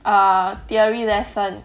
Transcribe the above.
err theory lesson